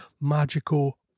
magical